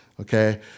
okay